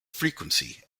frequency